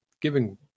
giving